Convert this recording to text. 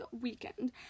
weekend